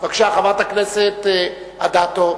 חברת הכנסת אדטו,